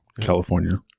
California